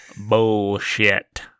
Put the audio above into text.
Bullshit